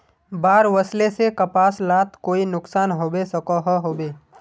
बाढ़ वस्ले से कपास लात कोई नुकसान होबे सकोहो होबे?